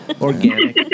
organic